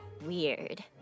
weird